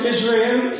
Israel